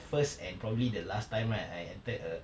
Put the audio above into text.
first and probably the last time right I entered a